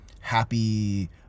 happy